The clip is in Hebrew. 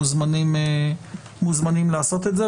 מוזמן לעשות את זה.